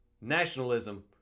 Nationalism